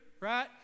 right